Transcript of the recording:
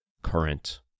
current